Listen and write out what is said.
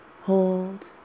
hold